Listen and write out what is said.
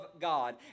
God